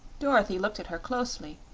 dorothy looked at her closely.